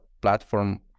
platform